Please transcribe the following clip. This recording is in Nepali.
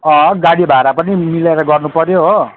अँ गाडी भाडा पनि मिलेर गर्नुपऱ्यो हो